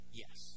yes